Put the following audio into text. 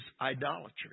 idolatry